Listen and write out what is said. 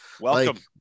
Welcome